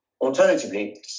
alternatively